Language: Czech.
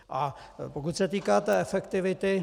A pokud se týká té efektivity.